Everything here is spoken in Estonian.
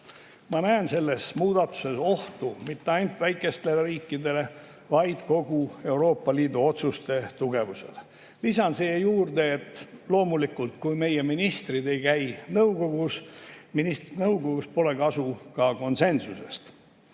Ma näen selles muudatuses ohtu mitte ainult väikestele riikidele, vaid kogu Euroopa Liidu otsuste tugevusele. Lisan siia juurde, et loomulikult, kui meie ministrid ei käi nõukogus, ministrite nõukogus, pole kasu ka konsensusest.